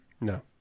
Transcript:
No